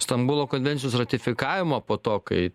stambulo konvencijos ratifikavimo po to kai